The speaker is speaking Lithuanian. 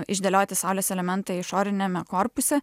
išdėlioti saulės elementai išoriniame korpuse